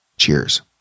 Cheers